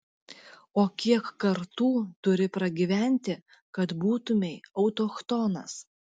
o kiek kartų turi pragyventi kad būtumei autochtonas